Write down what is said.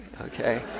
okay